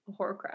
horcrux